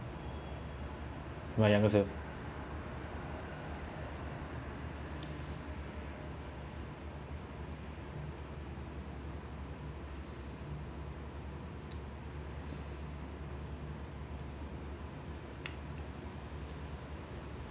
my younger self